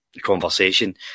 conversation